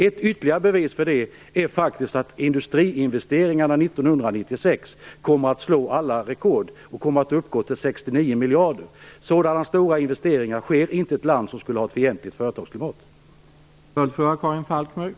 Ett ytterligare bevis för det är att industriinvesteringarna 1996 kommer att slå alla rekord och uppgå till 69 miljarder. Sådana stora investeringar görs inte i ett land som har ett företagsfientligt klimat.